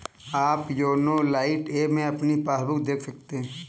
आप YONO lite app में अपनी पासबुक देख सकते हैं